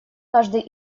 каждый